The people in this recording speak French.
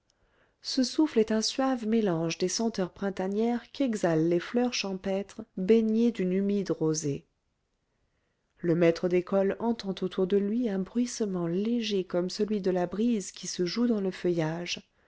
ce souffle est un suave mélange des senteurs printanières qu'exhalent les fleurs champêtres baignées d'une humide rosée le maître d'école entend autour de lui un bruissement léger comme celui de la brise qui se joue dans le feuillage